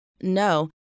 no